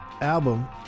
album